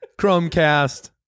Chromecast